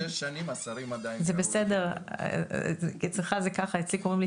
שש שנים השרים עדיין קראו לי כך.